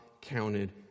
counted